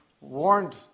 warned